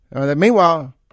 Meanwhile